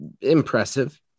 impressive